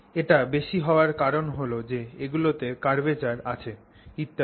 এটা বেশি হওয়ার কারণ হল যে এগুলোতে কার্ভেচার আছে ইত্যাদি